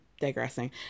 digressing